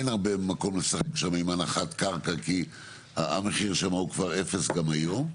אין הרבה מקום לשחק שם עם הנחת קרקע כי המחיר שם הוא כבר אפס גם היום,